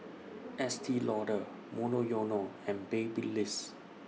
Estee Lauder Monoyono and Babyliss